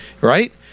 right